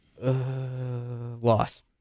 Loss